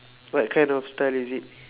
what kind of style is it